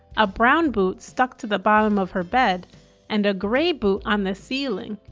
a brown boot stuck to the bottom of her bed and a grey boot on the ceiling.